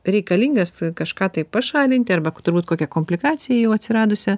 reikalingas kažką tai pašalinti arba turbūt kokią komplikaciją jau atsiradusią